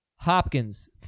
Hopkins